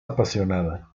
apasionada